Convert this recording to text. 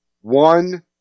One